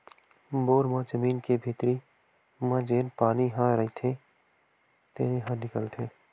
bore म जमीन के भीतरी म जेन पानी ह रईथे तेने ह निकलथे